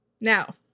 Now